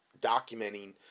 documenting